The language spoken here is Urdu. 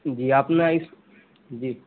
جی آپ نا اس جی